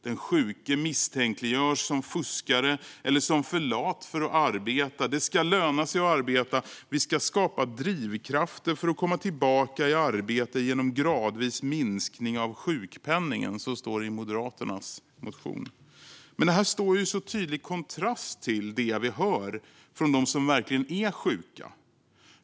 Den sjuke misstänkliggörs som fuskare eller som för lat för att arbeta. Det ska löna sig att arbeta, säger man. Vi ska skapa drivkrafter för att komma tillbaka i arbete genom gradvis minskning av sjukpenningen, står det i Moderaternas motion. Men det här står ju i så tydlig kontrast till det vi hör från dem som verkligen är sjuka.